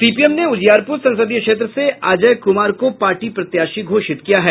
CPM ने उजियारपूर संसदीय क्षेत्र से अजय कुमार को पार्टी प्रत्याशी घोषित किया है